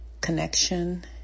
connection